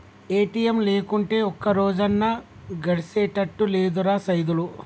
ATM లేకుంటే ఒక్కరోజన్నా గడిసెతట్టు లేదురా సైదులు